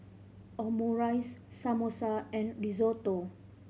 Omurice Samosa and Risotto